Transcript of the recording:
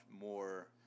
more